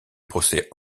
procès